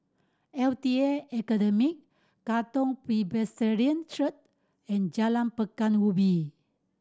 L T A Academy Katong Presbyterian Church and Jalan Pekan Ubin